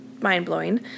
mind-blowing